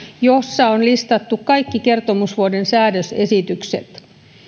jossa on listattu kaikki kertomusvuoden säädösesitykset